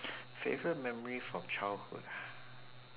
favourite memory from childhood ah